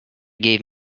gave